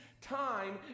time